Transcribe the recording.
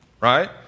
right